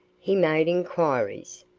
he made enquiries,